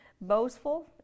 Boastful